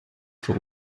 vor